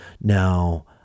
Now